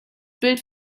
bild